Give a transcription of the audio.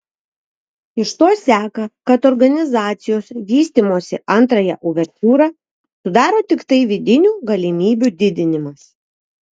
iš to seka kad organizacijos vystymosi antrąją uvertiūrą sudaro tiktai vidinių galimybių didinimas